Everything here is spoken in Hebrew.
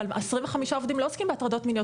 אבל 25 עובדים לא עוסקים בהטרדות מיניות,